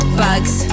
bugs